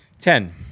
Ten